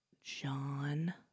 John